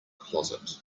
closet